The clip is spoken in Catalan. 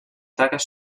taques